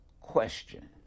question